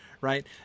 right